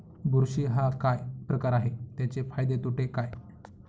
बुरशी हा काय प्रकार आहे, त्याचे फायदे तोटे काय?